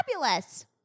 Fabulous